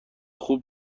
خوب